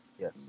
Yes